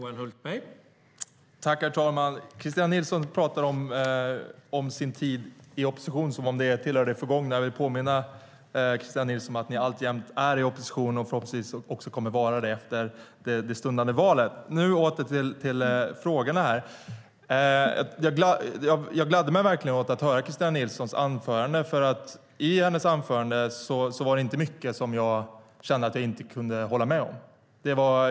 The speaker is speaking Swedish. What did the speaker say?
Herr talman! Kristina Nilsson pratar om sin tid i opposition som om den tillhör det förgångna. Jag vill påminna Kristina Nilsson om att ni alltjämt är i opposition och förhoppningsvis också kommer att vara det efter det stundande valet. Jag gladde mig verkligen åt att höra Kristina Nilssons anförande. Det var inte mycket i hennes anförande som jag kände att jag inte kunde hålla med om.